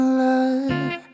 love